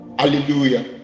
hallelujah